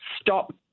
stop